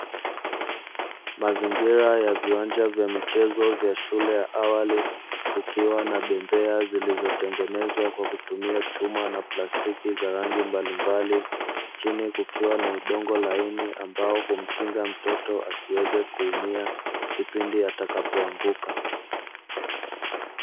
Mazingira ya viwanja vya michezo vya shule ya awali, kukiwa na bembea zilizotengenezwa kwa kutumia chuma na plastiki za rangi mbalimbali. Chini kukiwa na udongo laini ambao humkinga mtoto asiweze kuumia kipindi atakapoanguka.